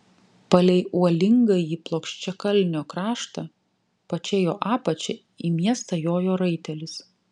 palei uolingąjį plokščiakalnio kraštą pačia jo apačia į miestą jojo raitelis